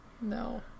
No